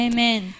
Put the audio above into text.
Amen